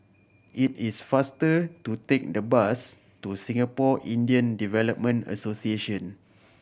it is faster to take the bus to Singapore Indian Development Association